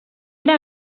era